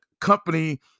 company